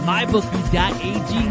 MyBookie.ag